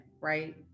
right